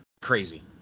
Crazy